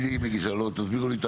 תסבירו לי.